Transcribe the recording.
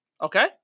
Okay